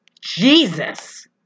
Jesus